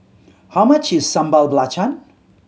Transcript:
how much is Sambal Belacan